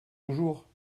toujours